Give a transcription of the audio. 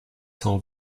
cent